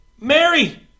Mary